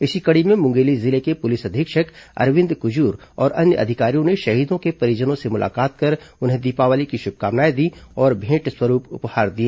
इसी कड़ी में मुंगेली जिले के पुलिस अधीक्षक अरविंद कुजूर और अन्य अधिकारियों ने शहीद जवानों के परिजनों से मुलाकात कर उन्हें दीपावली की शुभकामनाएं दीं और भेंट स्वरूप उपहार दिए